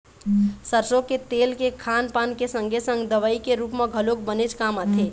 सरसो के तेल के खान पान के संगे संग दवई के रुप म घलोक बनेच काम आथे